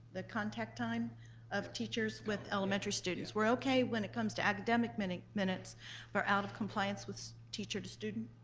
the contact time of teachers with elementary students. we're okay when it comes to academic minutes but we're out of compliance with teacher to student.